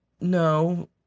no